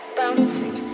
bouncing